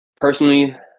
Personally